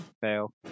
fail